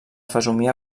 fesomia